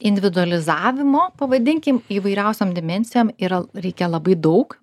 individualizavimo pavadinkim įvairiausiom dimensijom yra reikia labai daug